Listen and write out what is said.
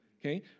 Okay